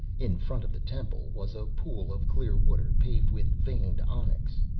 in front of the temple was a pool of clear water paved with veined onyx.